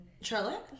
Charlotte